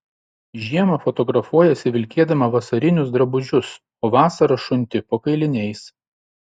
žiemą fotografuojiesi vilkėdama vasarinius drabužius o vasarą šunti po kailiniais